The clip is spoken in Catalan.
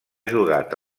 jugat